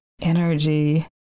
energy